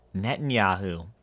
Netanyahu